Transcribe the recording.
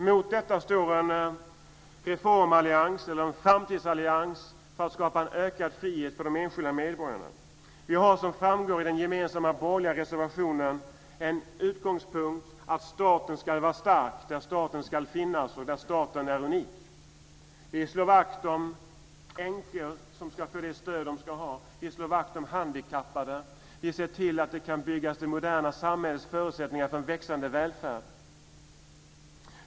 Mot detta står en framtidsallians för att skapa en ökad frihet för de enskilda medborgarna. Vi har, som framgår av den gemensamma borgerliga reservationen, en utgångspunkt att staten ska vara stark där staten ska finnas och där staten är unik. Vi slår vakt om änkor som ska få det stöd de ska ha. Vi slår vakt om handikappade, vi ser till att det kan byggas i det moderna samhället förutsättningar för en växande välfärd.